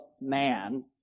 man